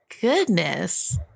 goodness